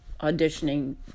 auditioning